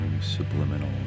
Subliminal